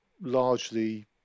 largely